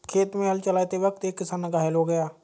खेत में हल चलाते वक्त एक किसान घायल हो गया